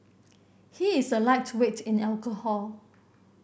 he is a lightweight in alcohol